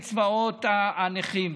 קצבאות הנכים.